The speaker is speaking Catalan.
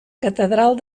catedral